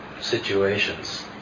situations